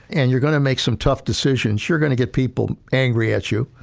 and you're going to make some tough decisions, you're going to get people angry at you.